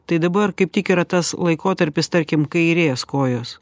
tai dabar kaip tik yra tas laikotarpis tarkim kairės kojos